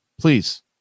please